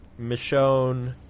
Michonne